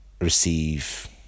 receive